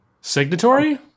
signatory